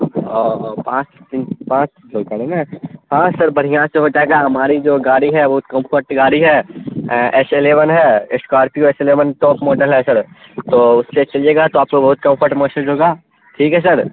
اوہ پانچ دن پانچ دن کہہ رہے نا ہاں سر بڑھیاں سے ہو جائے گا ہماری جو گاڑی ہے وہ کمفرٹ گاڑی ہے ایس الیون ہے Scorpio S eleven top model ہے سر تو اس سے چلیے گا تو آپ کو بہت کمفرٹ محسوس ہوگا ٹھیک ہے سر